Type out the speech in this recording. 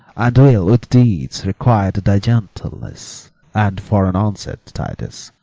and will with deeds requite thy gentleness and for an onset, titus,